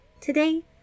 Today